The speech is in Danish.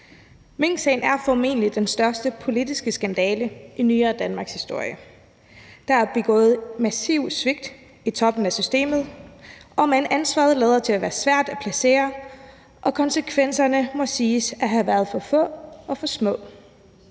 Minksagen er formentlig den største politiske skandale i nyere danmarkshistorie. Der er begået massive svigt i toppen af systemet, omend ansvaret lader til at være svært at placere, og konsekvenserne må siges at have været for få og for små.